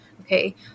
okay